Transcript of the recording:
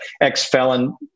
ex-felon